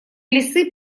лисы